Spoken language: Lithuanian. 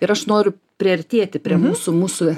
ir aš noriu priartėti prie mūsų mūsų